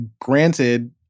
granted